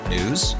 News